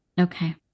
Okay